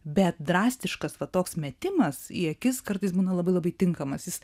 bet drastiškas va toks metimas į akis kartais būna labai labai tinkamas jis